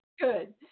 Good